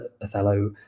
Othello